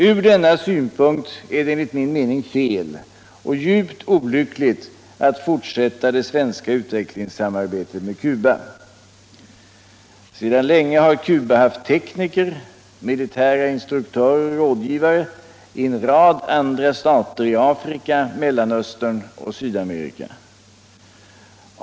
Ur denna synpunkt är det fel och djupt olyckligt att fortsätta det svenska utvecklingssamarbetet med Cuba. Sedan länge har Cuba haft tekniker, militära instruktörer och rådgivare i en rad stater i Afrika, Mellanöstern och Sydamerika.